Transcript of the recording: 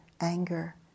anger